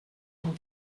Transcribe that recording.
mon